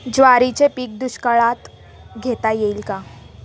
ज्वारीचे पीक दुष्काळात घेता येईल का?